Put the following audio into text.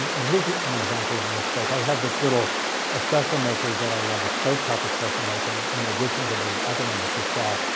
and here's an example of a mistake. i have this little espresso maker that i love, a stovetop espresso maker, in and addition to the other one that you saw.